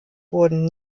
wurden